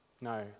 No